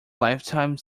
lifetime